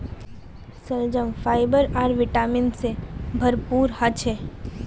शलजम फाइबर आर विटामिन से भरपूर ह छे